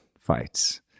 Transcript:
fights